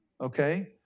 Okay